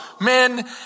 men